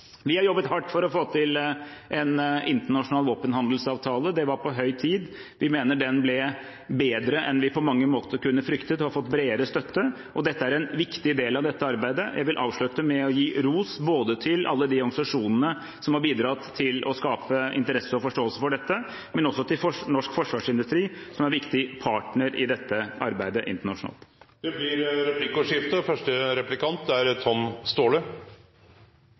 Vi har jobbet hardt for å få til en internasjonal våpenhandelsavtale. Det var på høy tid. Vi mener den ble bedre enn vi på mange måter kunne fryktet, og har fått bredere støtte. Dette er en viktig del av dette arbeidet. Jeg vil avslutte med å gi ros både til alle de organisasjonene som har bidratt til å skape interesse og forståelse for dette, og til norsk forsvarsindustri, som er en viktig partner i dette arbeidet internasjonalt. Det blir replikkordskifte. I sitt innlegg var utenriksministeren inne på hvor viktig forsvarsindustrien er